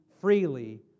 freely